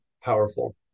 powerful